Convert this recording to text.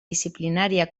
disciplinària